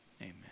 Amen